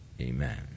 Amen